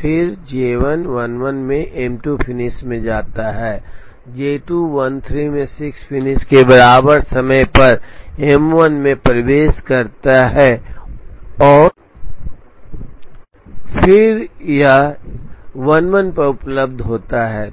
फिर J1 11 में M2 finish में जाता है J2 13 में 6 फिनिश के बराबर समय पर M1 में प्रवेश करता है और फिर यह 11 पर उपलब्ध होता है